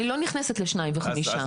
אני לא נכנסת לשניים וחמישה.